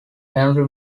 henry